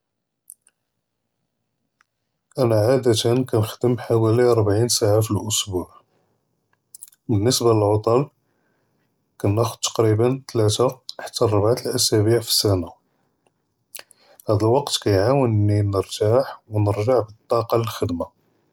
אַנַא לְעַאדַה כּנְחַדֶם חֲוָאלִי רְבַעִין סַעַה פִּלְאַסְבוּע, בִּנְסְבַּה לְעֻטְּל כְּנַאכּוּד תַקרִיבַּא תְּלָאת חַתּّى רְבַעָה אֻסְבּוּעַ פִּלְסַנָה, הַדִי לְוַקְת כִּיְעַאווּנִי נְרְתַּاح ו נְרַגְ'ע בַּלְטַאקַה לְלְחֻ'דְמַה.